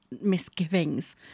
misgivings